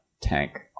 tank